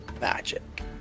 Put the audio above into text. Magic